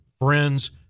friends